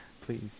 please